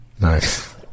Nice